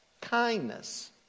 kindness